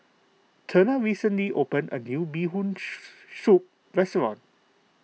Turner recently opened a new Bee Hoon Soup restaurant